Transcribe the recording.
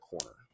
corner